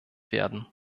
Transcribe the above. werden